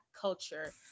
culture